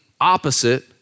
opposite